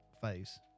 phase